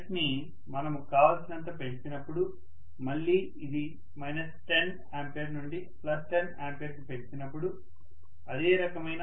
current ని మనము కావల్సినంత పెంచినప్పుడు మళ్ళీ ఇది మైనస్ 10 అంపియర్ నుండి ప్లస్10 అంపియర్ కి పెంచినపుడు అదే రకమైన మూవ్మెంట్ ని చూపిస్తుంది